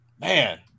Man